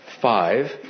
Five